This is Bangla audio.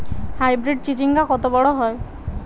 হাইব্রিড চিচিংঙ্গা কত বড় হয়?